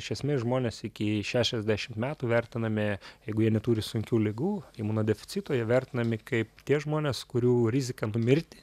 iš esmės žmonės iki šešiasdešimt metų vertinami jeigu jie neturi sunkių ligų imunodeficito jie vertinami kaip tie žmonės kurių rizika numirti